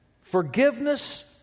Forgiveness